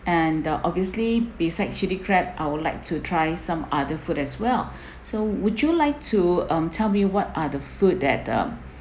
and the obviously beside chilli crab I would like to try some other food as well so would you like to um tell me what are the food that um